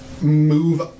move